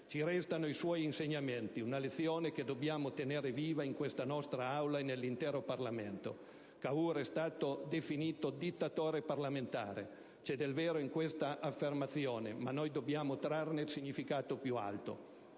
Ci restano i suoi insegnamenti, una lezione che dobbiamo tenere viva in questa nostra Aula e nell'intero Parlamento. Cavour è stato definito «dittatore parlamentare». C'è del vero in questa affermazione, ma noi dobbiamo trarne il significato più alto.